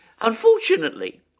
unfortunately